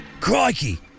Crikey